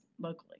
locally